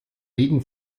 regen